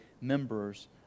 members